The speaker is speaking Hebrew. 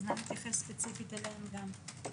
אז נא להתייחס ספציפית אליהן גם.